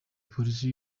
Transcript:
polisi